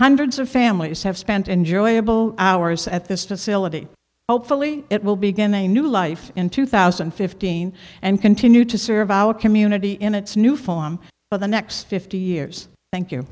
hundreds of families have spent enjoyable hours at this facility hopefully it will begin a new life in two thousand and fifteen and continue to serve our community in its new form for the next fifty years thank you